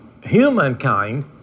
humankind